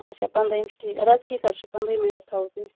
اَچھا پنٛدہٲیِم چھِ ٹھیٖک آد حظ ٹھیٖک حظ چھِ پنٛدہٲیمی حظ تھاوو تیٚلہِ